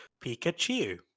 Pikachu